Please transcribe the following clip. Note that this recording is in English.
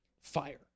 fire